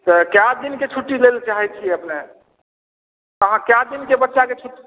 तऽ कए दिनके छुट्टी लै लए चाहै छियै अपने अहाँ कए दिनके बच्चाके छुट्टी